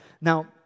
Now